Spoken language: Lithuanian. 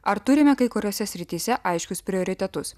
ar turime kai kuriose srityse aiškius prioritetus